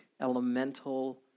elemental